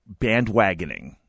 bandwagoning